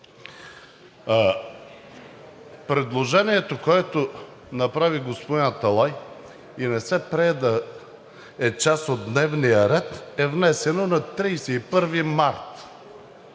Предложението, което направи господин Аталай и не се прие да е част от дневния ред, е внесено на 31 март